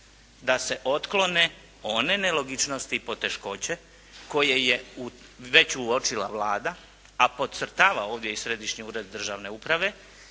da se otklone one nelogičnosti i poteškoće koje je već uočila Vlada a podcrtava ovdje Središnji ured državne uprave